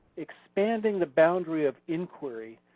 expanding the boundary of inquiry,